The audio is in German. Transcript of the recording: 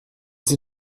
sie